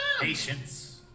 Patience